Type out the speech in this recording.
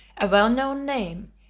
a well-known name,